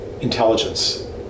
intelligence